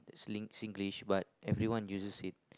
that Singlish but everyone uses it